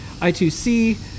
I2C